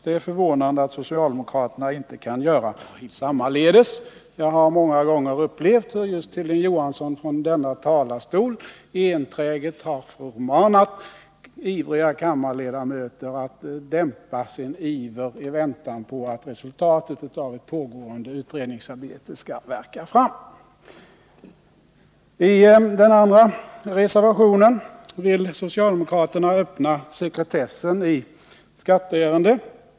Det är förvånande att socialdemokraterna inte kan göra sammaledes. Jag har många gånger upplevt hur just Hilding Johansson från kammarens talarstol enträget har förmanat ivriga kammarledamöter att dämpa sin iver i väntan på att resultatet av ett pågående utredningsarbete skall värka fram. I den andra reservationen vill socialdemokraterna öppna sekretessen i skatteärenden.